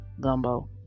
gumbo